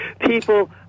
people